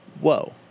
whoa